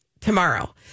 tomorrow